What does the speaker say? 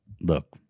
look